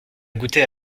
goûté